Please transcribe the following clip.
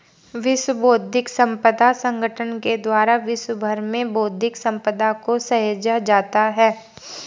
विश्व बौद्धिक संपदा संगठन के द्वारा विश्व भर में बौद्धिक सम्पदा को सहेजा जाता है